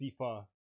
fifa